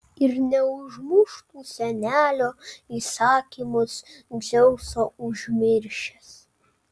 ir neužmuštų senelio įsakymus dzeuso užmiršęs